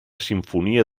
simfonia